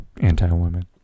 anti-women